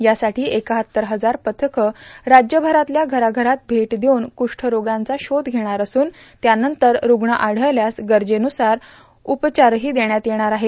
यासाठी एकाहत्तर हजार पथकं राज्यभरातल्या घराघरात भेट देऊन क्रष्ठरोग्यांचा शोध घेणार असून त्यानंतर रूग्ण आढळल्यास गरजेन्रसार उपचारही देण्यात येणार आहेत